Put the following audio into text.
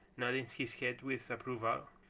nodding his head with approval